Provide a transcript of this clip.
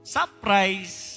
Surprise